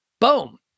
Boom